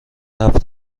هفت